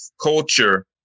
culture